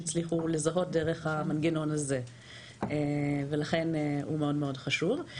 הצליחו לזהות דרך המנגנון הזה ולכן הוא מאוד חשוב.